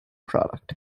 product